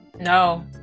no